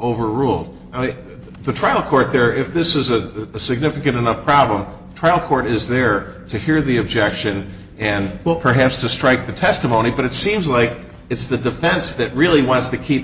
overrule the trial court there if this is a significant enough problem trial court is there to hear the objection and will perhaps to strike the testimony but it seems like it's the defense that really wants to keep